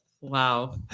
Wow